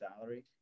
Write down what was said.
salary